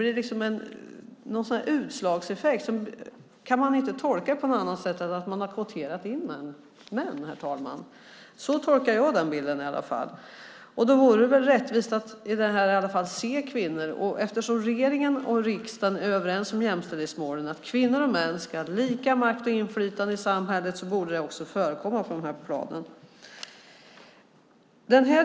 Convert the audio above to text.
Det blir som ett slags utslagseffekt. Det går inte att tolka det på något annat sätt än att män har kvoterats in, herr talman. Så tolkar i alla fall jag den bilden. Eftersom regeringen och riksdagen är överens om jämställdhetsmålen, att kvinnor och män ska ha lika makt och inflytande i samhället, borde det också förekomma på de här planen. Herr talman!